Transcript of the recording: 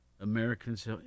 Americans